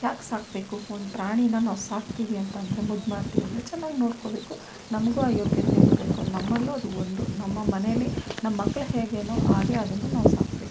ಯಾಕೆ ಸಾಕಬೇಕು ಒಂದು ಪ್ರಾಣಿಯನ್ನ ನಾವು ಸಾಕ್ತೀವಿ ಅಂತಂದರೆ ಮುದ್ದು ಮಾಡ್ತೀವಿ ಅಂದರೆ ಚೆನ್ನಾಗಿ ನೋಡ್ಕೊಬೇಕು ನಮಗೂ ಆ ಯೋಗ್ಯತೆ ಇರಬೇಕು ನಮ್ಮಲ್ಲೂ ಅದು ಒಂದು ನಮ್ಮ ಮನೆಯಲ್ಲಿ ನಮ್ಮ ಮಕ್ಳು ಹೇಗೆಯೋ ಹಾಗೆ ಅದನ್ನು ನಾವು ಸಾಕಬೇಕು